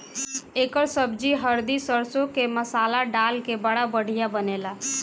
एकर सब्जी हरदी सरसों के मसाला डाल के बड़ा बढ़िया बनेला